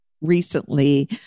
recently